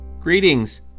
Greetings